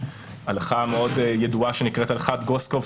הלכה מאוד ידועה שנקראת "הלכת גוסקוב",